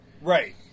Right